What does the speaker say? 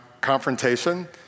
confrontation